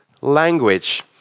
language